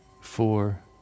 four